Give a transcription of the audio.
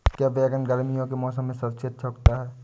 क्या बैगन गर्मियों के मौसम में सबसे अच्छा उगता है?